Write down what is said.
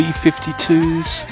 B-52s